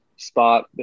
spot